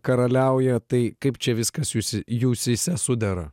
karaliauja tai kaip čia viskas jūs jūsyse sudera